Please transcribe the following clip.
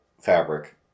fabric